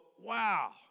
wow